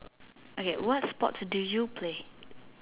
okay what sports do you play